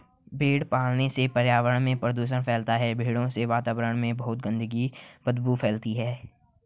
भेड़ पालन से पर्यावरण में प्रदूषण फैलता है भेड़ों से वातावरण में बहुत गंदी बदबू फैलती है